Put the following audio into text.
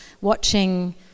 watching